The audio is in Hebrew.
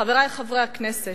חברי חברי הכנסת,